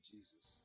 Jesus